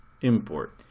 import